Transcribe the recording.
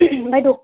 ओमफ्राय द'